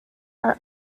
are